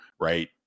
right